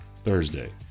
thursday